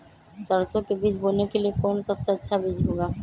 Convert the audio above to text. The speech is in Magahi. सरसो के बीज बोने के लिए कौन सबसे अच्छा बीज होगा?